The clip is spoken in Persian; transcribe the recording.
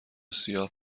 سیاه